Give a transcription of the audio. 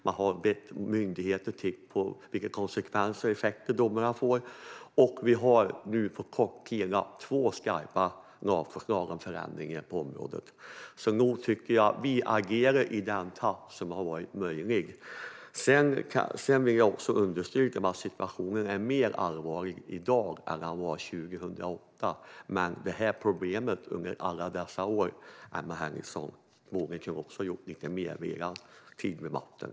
Man har bett myndigheter titta på vilka konsekvenser och effekter domarna får. Och vi har nu, på kort tid, lagt fram två skarpa lagförslag om förändringar på området. Så nog tycker jag att vi agerar i den takt som har varit möjlig. Sedan vill jag understryka att situationen är mer allvarlig i dag än den var 2008. Men med tanke på att problemet har funnits under alla dessa år, Emma Henriksson, borde ni också ha kunnat göra lite mer vid er tid vid makten.